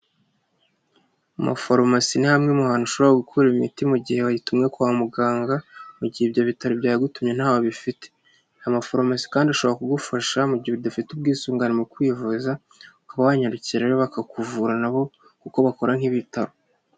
Mu mafarumasi ni hamwe mu hantu ushobora gukura imiti mu gihe wayitumwe kwa muganga mu gihe ibyo bitaro byagutumye ntaho bifite nta mafaromasi kandi ushobora kugufasha mu gihe udafite ubwisungane mu kwivuza ukaba wayakira rero bakakuvura nabo kuko bakora nk'ibitaro.